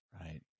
right